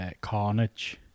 Carnage